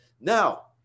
Now